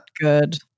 Good